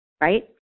right